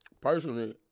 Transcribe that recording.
Personally